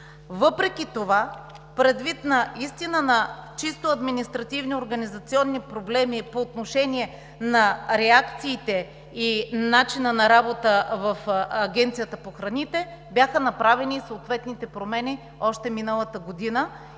Въпреки това предвид наистина на чисто административни организационни проблеми по отношение на реакциите и начина на работа в Агенцията по храните бяха направени съответните промени още миналата година